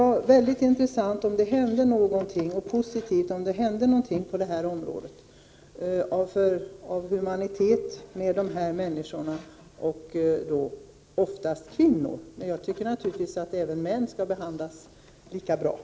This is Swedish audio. Det vore mycket intressant om det av humanitet mot dessa människor 113 hände någonting positivt på det här området. Det rör sig oftast om kvinnor, men jag tycker naturligtvis att även män skall behandlas likvärdigt.